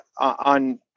on